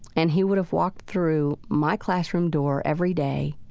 and he would have walked through my classroom door every day,